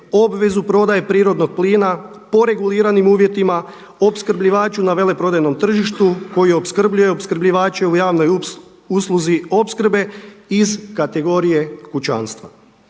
obvezu prodaje prirodnog plina po reguliranim uvjetima opskrbljivaču na veleprodajnom tržištu koji opskrbljuje opskrbljivače u javnoj usluzi opskrbe iz kategorije kućanstva.